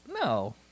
No